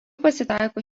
pasitaiko